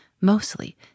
mostly